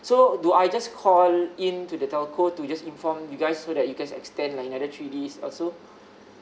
so do I just call in to the telco to just inform you guys so that you guys extend like another three days also